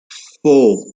four